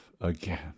again